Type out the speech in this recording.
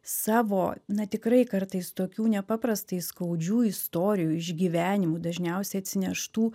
savo na tikrai kartais tokių nepaprastai skaudžių istorijų išgyvenimų dažniausiai atsineštų